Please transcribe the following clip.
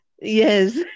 yes